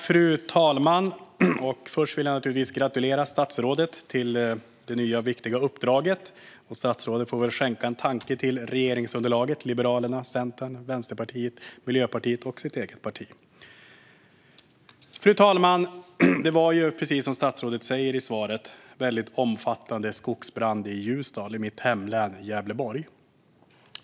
Fru talman! Först vill jag naturligtvis gratulera statsrådet till det nya och viktiga uppdraget. Statsrådet får väl skänka en tanke till regeringsunderlaget: Liberalerna, Centern, Vänsterpartiet, Miljöpartiet och sitt eget parti. Fru talman! Det var ju, precis som statsrådet säger i svaret, en väldigt omfattande skogsbrand i Ljusdal i mitt hemlän Gävleborg.